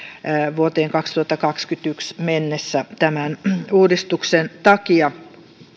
vuoteen kaksituhattakaksikymmentäyksi mennessä tämän uudistuksen takia